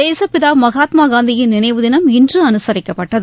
தேசுப் பிதா மகாத்மா காந்தியின் நினைவு தினம் இன்று அனுசரிக்கப்பட்டது